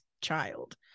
child